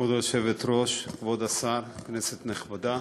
כבוד היושבת-ראש, כבוד השר, כנסת נכבדה,